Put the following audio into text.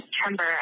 September